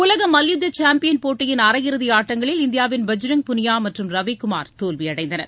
உலக மல்யுத்த சாம்பியன் போட்டியின் அரையிறுதி ஆட்டங்களில் இந்தியாவின் பஜ்ரங் புனியா மற்றும் ரவிகுமார் தோல்வியடைந்தனர்